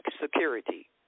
security